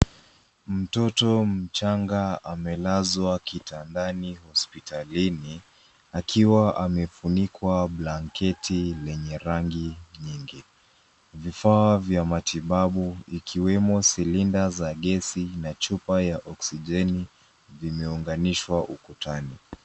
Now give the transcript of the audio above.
Mtoto mchanga amelazwa kitandani hospitalini akiwa amefunikwa blanketi lenye rangi nyingi. Vifa vya matibabu vikiwemo cylinder za gesi na chupa za oxigeni vimeunganishwa ukutani.